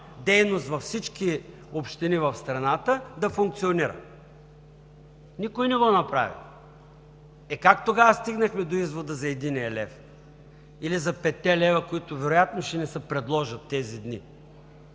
във всички общини в страната, да функционира. Никой не го направи. Как тогава стигнахме до извода за единия лев или за петте лева, които вероятно ще ни се предложат тези дни